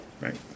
right